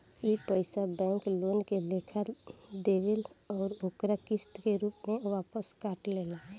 ई पइसा bank loan के लेखा देवेल अउर ओके किस्त के रूप में वापस काट लेला